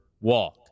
walk